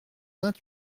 vingt